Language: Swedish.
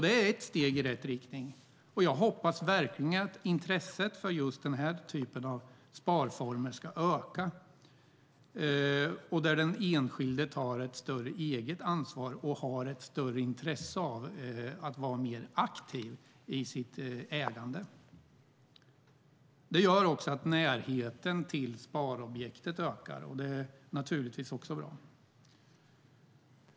Det är ett steg i rätt riktning, och jag hoppas verkligen att intresset för just den här typen av sparformer, där den enskilde tar ett större eget ansvar och har ett större intresse av att vara mer aktiv i sitt ägande, ska öka. Det gör också att närheten till sparobjektet ökar, och det är naturligtvis bra.